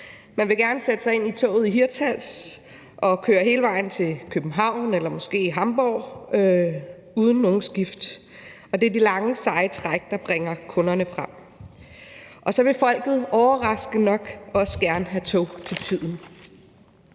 Man vil gerne sætte sig ind i toget i Hirtshals og køre hele vejen til København eller måske Hamborg uden nogen skift. Det er de lange seje træk, der bringer kunderne frem. Og så vil folk overraskende nok også gerne have tog til tiden.